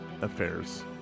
affairs